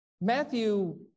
Matthew